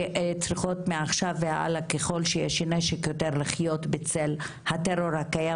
שצריכות מעכשיו והלאה ככל שיש נשק יותר לחיות בצל הטרור הקיים